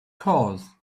cause